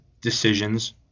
decisions